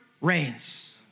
reigns